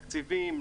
תקציבים,